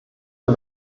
der